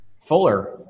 Fuller